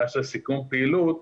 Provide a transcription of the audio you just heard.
סיכום פעילות,